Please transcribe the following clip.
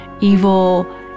evil